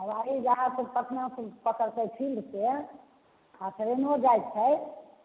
हवाइ जहाज पटनासँ पकड़तै फिल्डके आ ट्रेनो जाइ छै